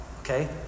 Okay